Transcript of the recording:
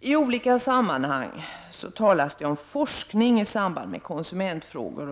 I olika sammanhang talas det om forskning i samband med konsumentfrågor.